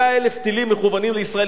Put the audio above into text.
100,000 טילים מכוונים לישראל,